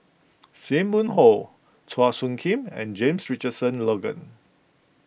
Sim Wong Hoo Chua Soo Khim and James Richardson Logan